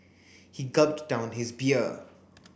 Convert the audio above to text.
he gulped down his beer